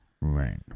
Right